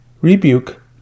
rebuke